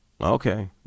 Okay